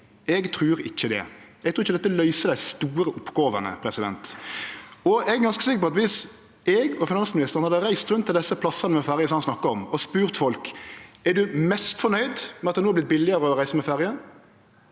Eg trur ikkje dette løyser dei store oppgåvene. Eg er ganske sikker på at eg og finansministeren kunne reist rundt til desse plassane med ferjer, som han snakkar om, og spurt folk: Er du mest fornøgd med at det no har vorte billegare å reise med ferje,